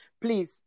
Please